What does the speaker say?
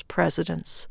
Presidents